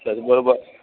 બરોબર